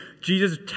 Jesus